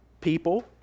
people